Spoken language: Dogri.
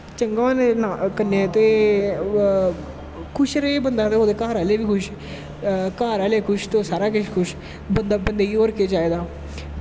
चंगा होनें दे कन्ने ते खुश रे बंदा ते ओह्दे घर आह्ले बी खुश घर आह्ले खुश ते सारे किश खुश बंदे गी होर केह् चाही दा